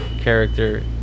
character